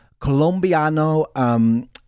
Colombiano-